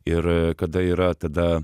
ir kada yra tada